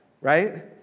right